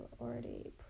already